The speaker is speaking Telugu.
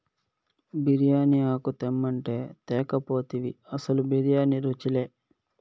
బిర్యానీ ఆకు తెమ్మంటే తేక పోతివి అసలు బిర్యానీ రుచిలే